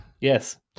Yes